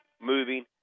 moving